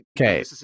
okay